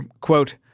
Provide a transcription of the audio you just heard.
quote